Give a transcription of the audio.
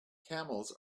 camels